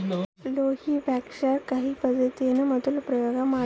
Louis Pasteur ಕಸಿ ಪದ್ದತಿಯನ್ನು ಮೊದಲು ಪ್ರಯೋಗ ಮಾಡಿದ